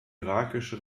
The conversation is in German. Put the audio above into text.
irakische